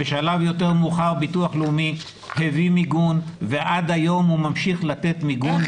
בשלב יותר מאוחר ביטוח לאומי הביא מיגון ועד היום הוא ממשיך לתת מיגון.